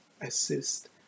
assist